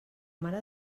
mare